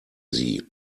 sie